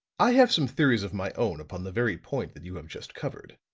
i have some theories of my own upon the very point that you have just covered,